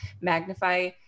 magnify